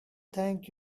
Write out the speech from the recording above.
thank